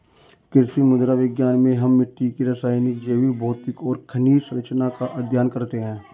कृषि मृदा विज्ञान में हम मिट्टी की रासायनिक, जैविक, भौतिक और खनिज सरंचना का अध्ययन करते हैं